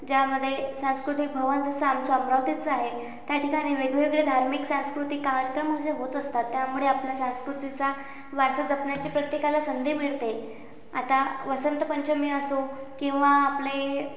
ज्यामध्ये सांस्कृतिक भवन जसं आमचं अमरावतीचं आहे त्या ठिकाणी वेगवेगळे धार्मिक सांस्कृतिक कार्यक्रम असे होत असतात त्यामुळे आपल्या सांस्कृतीचा वारसा जपण्याची प्रत्येकाला संधी मिळते आता वसंतपंचमी असो किंवा आपले